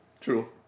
true